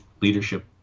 leadership